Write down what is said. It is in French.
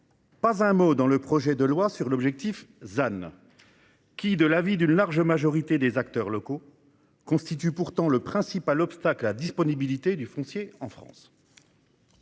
loi ne comporte pas un mot sur l'objectif ZAN, qui, de l'avis d'une large majorité des acteurs locaux, constitue pourtant le principal obstacle à la disponibilité du foncier en France.